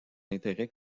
intérêts